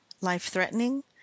life-threatening